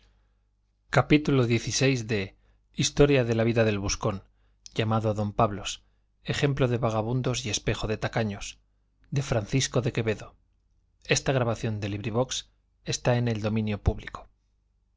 gutenberg ebook historia historia de la vida del buscón llamado don pablos ejemplo de vagamundos y espejo de tacaños de francisco de quevedo y villegas libro primero capítulo i en que